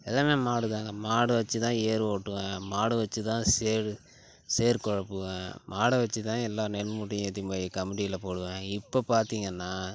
எல்லாமே மாடுதான்ங்க மாட்ட வெச்சுதான் ஏர் ஓட்டுவேன் மாட்ட வெச்சுதான் சேறு சேறு குழப்புவேன் மாட்ட வெச்சுதான் எல்லா நெல் மூட்டையையும் ஏத்தின்னு போய் கமிட்டியில் போடுவேன் இப்போ பார்த்தீங்கன்னா